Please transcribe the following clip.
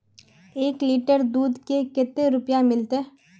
एक लीटर दूध के कते रुपया मिलते?